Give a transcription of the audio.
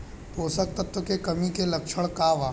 पोषक तत्व के कमी के लक्षण का वा?